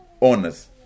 owners